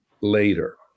later